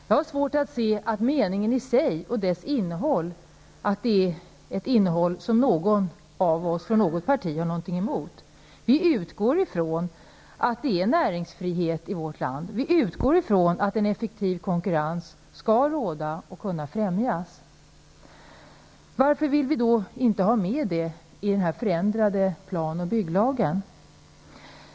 Jag har svårt att se att den meningen i sig innehåller något som någon av oss i något parti skulle ha någonting emot. Vi utgår från att det råder näringsfrihet i vårt land. Vi utgår från att en effektiv konkurrens skall råda och kunna främjas. Varför vill vi då inte ha med denna mening i den förändrade plan och bygglagen?